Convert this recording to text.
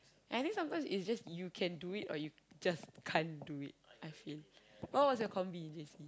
and I think sometimes is just you can do it or you just can't do it I feel what was your combi in J_C